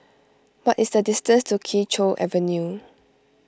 what is the distance to Kee Choe Avenue